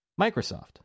Microsoft